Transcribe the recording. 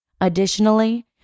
Additionally